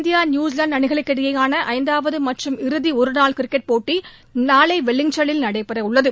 India New Zealand அணிகளுக்கிடையேயான ஐந்தாவது மற்றும் இறுதி ஒருநாள் கிரிட்கெட் போட்டி நாளை வெலிங்டனில் நடைபெறவுள்ளது